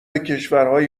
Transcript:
کشورهای